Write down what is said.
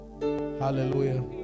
Hallelujah